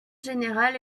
générale